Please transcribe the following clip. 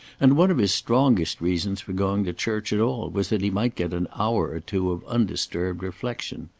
and one of his strongest reasons for going to church at all was that he might get an hour or two of undisturbed reflection.